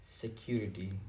security